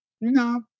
No